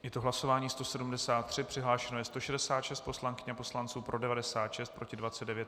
Je to hlasování 173, přihlášeno je 166 poslankyň a poslanců, pro 96, proti 29.